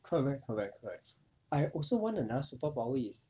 correct correct correct I also want another superpower is